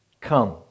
Come